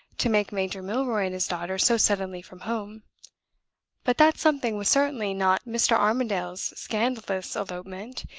to take major milroy and his daughter so suddenly from home but that something was certainly not mr. armadale's scandalous elopement,